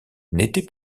n’était